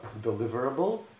deliverable